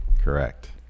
Correct